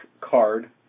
card